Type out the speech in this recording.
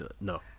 No